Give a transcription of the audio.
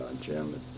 Jim